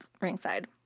ringside